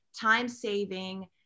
time-saving